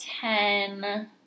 ten